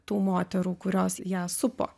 tų moterų kurios ją supo